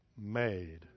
made